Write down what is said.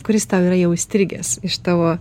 kuris tau yra jau įstrigęs iš tavo